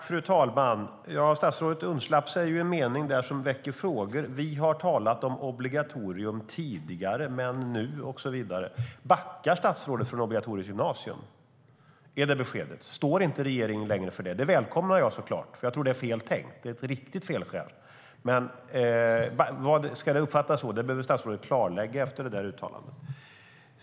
Fru talman! Statsrådet undslapp sig en mening som väcker frågor: "Vi har talat om ett obligatorium tidigare, men vi säger nu" och så vidare. Backar statsrådet från förslaget om obligatoriskt gymnasium? Är det beskedet? Står inte regeringen längre för detta? Det skulle jag såklart välkomna, för jag tror att det är fel tänkt. Det är ett riktigt felskär. Ska det uppfattas så? Det behöver statsrådet klarlägga efter detta uttalande.